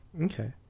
Okay